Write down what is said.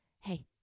hey